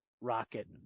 Rocket